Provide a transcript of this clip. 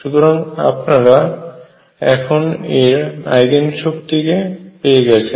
সুতরাং আপনারা এখন এর আইগেন শক্তি কে পেয়ে গেছেন